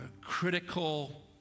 critical